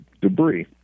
debris